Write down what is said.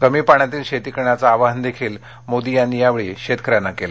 कमी पाण्यातील शेती करण्याचं आवाहन मोदी यांनी यावेळी शेतकऱ्यांना केलं